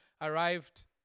arrived